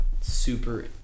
super